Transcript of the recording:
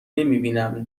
نمیبینم